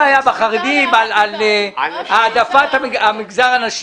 הנשים